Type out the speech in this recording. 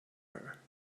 her